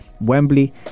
Wembley